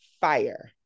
fire